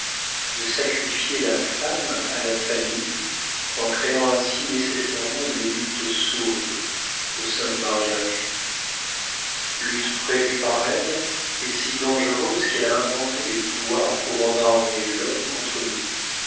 de sacrifier la femme à la famille en créant ainsi nécessairement une lutte sourde au sein du mariage lutte prévue par elle et si dangereuse qu'elle a inventé des pouvoirs pour en armer l'homme contre nous